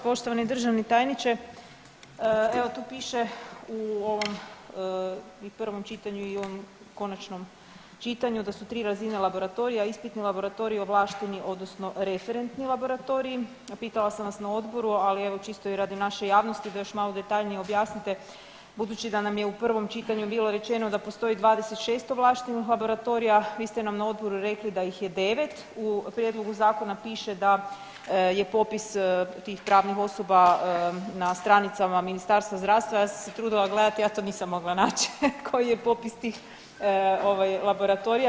Poštovani državni tajniče, evo tu piše u ovom i prvom čitanju i u ovom konačnom čitanju da su tri razine laboratorija, ispitni laboratoriji ovlašteni odnosno referentni laboratoriji, a pitala sam vas na odboru, ali evo čisto i radi naše javnosti da još malo detaljnije objasnite budući da nam je u prvom čitanju bilo rečeno da postoji 26 ovlaštenih laboratorija, vi ste nam na odboru rekli da ih je 9, u prijedlogu zakona piše da je popis tih pravnih osoba na stranicama Ministarstva zdravstva, ja sam se trudila gledati, ja to nisam mogla naći koji je popis tih ovaj laboratorija.